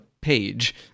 page